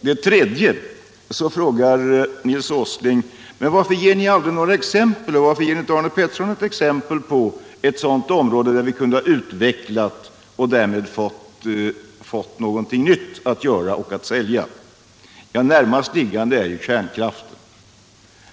För det tredje frågade Nils Åsling: Varför ger Arne Pettersson och ni andra aldrig exempel på något område, där vi kunde ha utvecklat våra förutsättningar och därmed fått någonting nytt att tillverka och att sälja? Närmast liggande är ju kärnkraften.